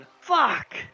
Fuck